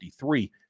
53